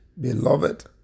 Beloved